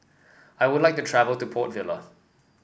I would like to travel to Port Vila